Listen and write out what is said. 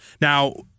Now